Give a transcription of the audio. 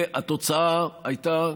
והתוצאה הייתה,